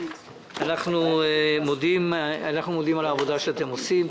אנחנו מודים על העבודה שאתם עושים.